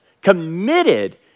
committed